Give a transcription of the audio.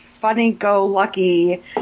funny-go-lucky